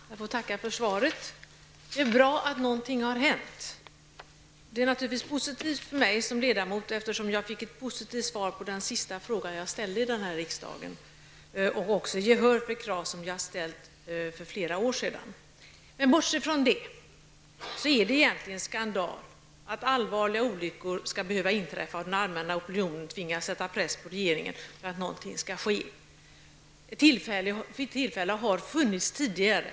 Herr talman! Jag får tacka för svaret. Det är bra att någonting har hänt. Det är naturligtvis också positivt för mig som ledamot att ha fått ett välvilligt svar på den sista fråga som jag har ställt här i riksdagen och även att få gehör för krav som jag har ställt för flera år sedan. Men bortsett från det är det egentligen skandal att allvarliga olyckor skall behöva inträffa och den allmänna opinionen tvingas sätta press på regeringen för att någonting skall ske. Tillfälle att göra någonting har funnits tidigare.